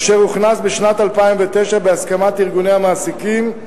אשר הוכנס בשנת 2009 בהסכמת ארגוני המעסיקים,